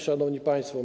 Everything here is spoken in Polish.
Szanowni Państwo!